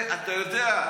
אתה יודע,